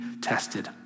tested